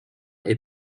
est